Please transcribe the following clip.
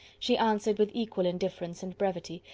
she answered with equal indifference and brevity,